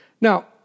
Now